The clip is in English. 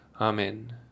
Amen